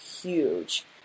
huge